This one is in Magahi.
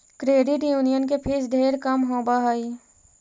क्रेडिट यूनियन के फीस ढेर कम होब हई